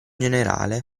generale